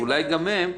אולי גם הם,